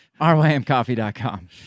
rymcoffee.com